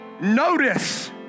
Notice